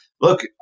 look